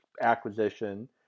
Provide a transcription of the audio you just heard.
acquisition